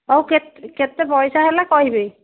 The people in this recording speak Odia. ହଉ କେ କେତେ ପଇସା ହେଲା କହିବେ